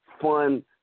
fun